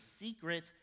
secret